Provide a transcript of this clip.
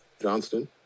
Johnston